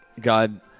God